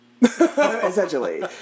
essentially